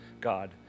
God